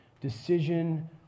decision